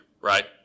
right